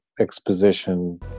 exposition